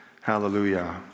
Hallelujah